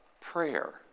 prayer